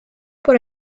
por